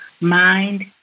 Mind